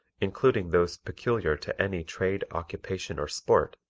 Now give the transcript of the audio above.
including those peculiar to any trade, occupation or sport,